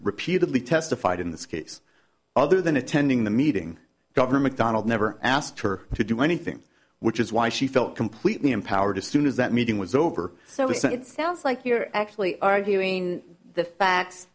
repeatedly testified in this case other than attending the meeting governor mcdonnell never asked her to do anything which is why she felt completely empowered as soon as that meeting was over so we sent it sounds like you're actually arguing the facts